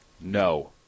No